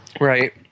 Right